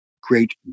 great